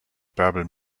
bärbel